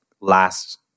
last